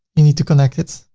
you need to connect it.